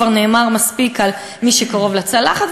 כבר נאמר מספיק: מי שקרוב לצלחת,